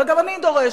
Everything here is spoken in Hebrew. וגם אני דורשת,